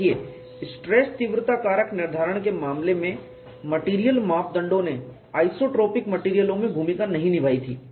देखिए स्ट्रेस तीव्रता कारक निर्धारण के मामले में मेटेरियल मापदंडों ने आइसोट्रोपिक मेटेरियलों में भूमिका नहीं निभाई थी